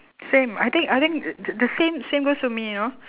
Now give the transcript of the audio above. same I think I think the the same same goes to me you know